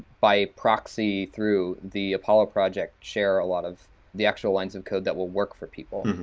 by proxy through the apollo project, share a lot of the actual lines of code that will work for people?